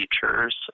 features